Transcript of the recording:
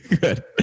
good